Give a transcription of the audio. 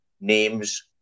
names